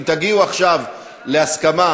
אם תגיעו עכשיו להסכמה,